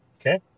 Okay